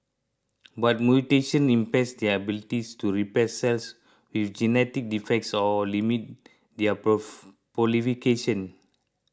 but mutations impairs their abilities to repair cells with genetic defects or limit their proof proliferation